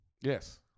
Yes